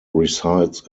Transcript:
resides